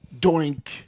doink